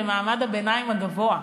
ומעמד הביניים הגבוה,